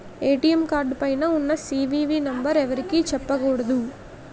ATM card పైన ఉన్న CVV number ఎవరికీ చెప్పకూడదు